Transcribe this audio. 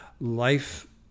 life